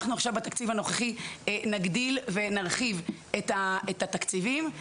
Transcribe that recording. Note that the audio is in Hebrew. אנחנו עכשיו בתקציב הנוכחי נגדיל ונרחיב את התקציבים,